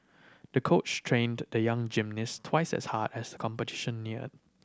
the coach trained the young gymnast twice as hard as the competition neared